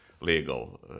legal